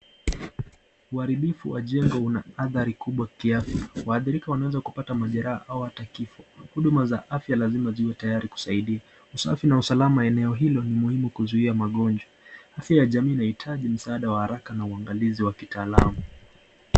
Uharibifu wa jengo una adhari kubwa kiafya. Waathirika wanaezaa kupata majeraha au hata kifo. Huduma za afya lazima ziwe tayari kusaidia, usafi na usalama eneo hilo ni muhimu kuzuia magonjwa. Afya ya jamii inahitaji msaada wa haraka na uwangalizi wa kitaalam.